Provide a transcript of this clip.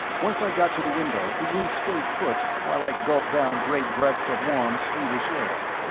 once i got to the window the room stayed put while i gulped down great breaths of warm sweetish air.